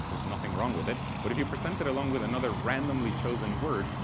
there's nothing wrong with it, but if you present it along with another randomly chosen word,